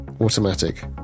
automatic